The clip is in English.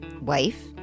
wife